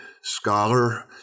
scholar